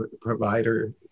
provider